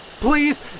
please